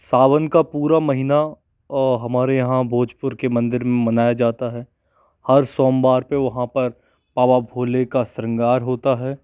सावन का पूरा महीना हमारे यहाँ भोजपुर के मंदिर में मनाया जाता है हर सोमवार पे वहाँ पर बाबा भोले का श्रृंगार होता है